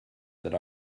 that